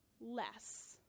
less